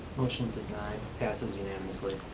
motion to deny passes unanimously.